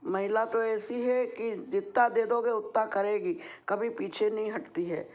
महिला तो ऐसी है कि जितना दे दोगे उतना करेगी कभी पीछे नहीं हटती है